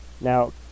Now